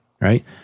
right